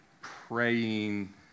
praying